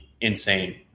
insane